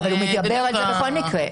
נדבר על זה בכל מקרה.